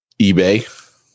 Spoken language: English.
eBay